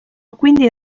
quindi